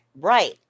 Right